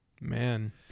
Man